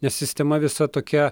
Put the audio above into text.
nes sistema visa tokia